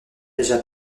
déjà